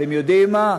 אתם יודעים מה?